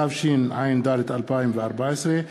התשע"ד 2014,